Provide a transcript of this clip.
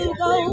go